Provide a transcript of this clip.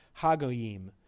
Hagoyim